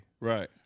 Right